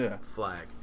flag